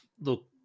look